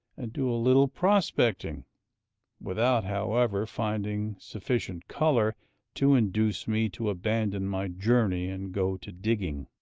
and do a little prospecting without, however, finding sufficient color to induce me to abandon my journey and go to digging.